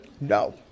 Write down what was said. No